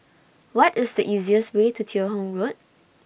What IS The easiest Way to Teo Hong Road